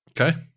Okay